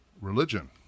religion